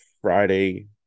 friday